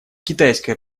китайское